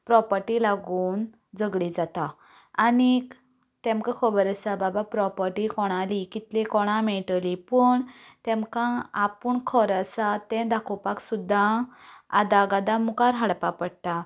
property लागून झगडीं जाता आनीक तेमकां खबर आसा बाबा प्रॉपटी कोणाली कितली कोणा मेळटली पूण तेमकां आपूण खरें आसा तें दाखोवपाक सुद्दां आदवोगादा मुखार हाडपा पडटा